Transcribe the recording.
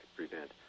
prevent